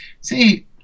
See